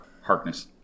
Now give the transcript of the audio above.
Harkness